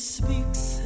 speaks